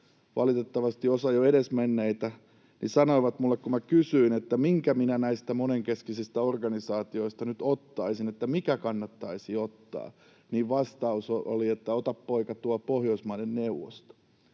valitettavasti osa jo edesmenneitä — sanoi minulle, kun minä kysyin, että minkä minä näistä monenkeskisistä organisaatioista nyt ottaisin, mikä kannattaisi ottaa. Vastaus oli, että ota poika tuo Pohjoismaiden neuvosto,